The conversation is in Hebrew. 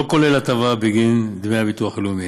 לא כולל הטבה בגין דמי ביטוח לאומי.